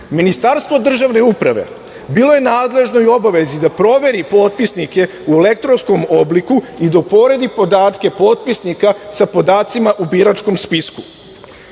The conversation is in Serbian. Ministarstvo državne uprave bilo je nadležno i u obavezi da proveri potpisnike u elektronskom obliku i da uporedi podatke potpisnika sa podacima u biračkom